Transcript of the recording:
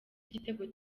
igitego